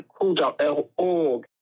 Cool.org